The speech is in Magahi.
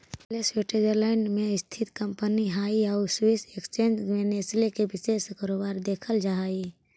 नेस्ले स्वीटजरलैंड में स्थित कंपनी हइ आउ स्विस एक्सचेंज में नेस्ले के विशेष कारोबार देखल जा हइ